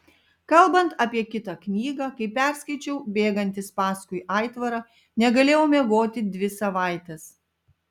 kalbant apie kitą knygą kai perskaičiau bėgantis paskui aitvarą negalėjau miegoti dvi savaitės